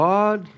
God